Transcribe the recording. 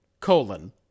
colon